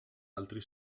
altri